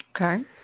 Okay